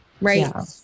right